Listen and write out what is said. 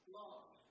love